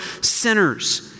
sinners